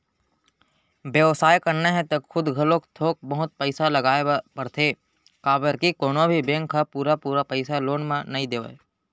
बेवसाय करना हे त खुद घलोक थोक बहुत पइसा लगाए ल परथे काबर के कोनो भी बेंक ह पुरा पुरा पइसा लोन म नइ देवय